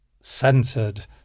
centered